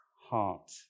heart